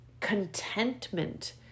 contentment